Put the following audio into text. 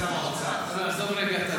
עזוב, רגע.